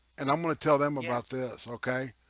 and i'm gonna tell them about this okay,